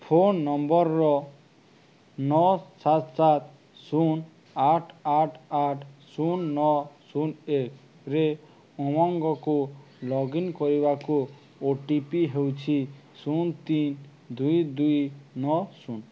phone ନମ୍ବର୍ର ନଅ ସାତ ସାତ ଶୂନ ଆଠ ଆଠ ଆଠ ଶୂନ ନଅ ଶୂନ ଏକ ରେ ଉମଙ୍ଗକୁ ଲଗ୍ଇନ୍ କରିବାକୁ ଓ ଟି ପି ହେଉଛି ଶୂନ ତିନି ଦୁଇ ଦୁଇ ନଅ ଶୂନ